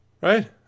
Right